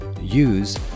use